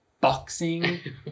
boxing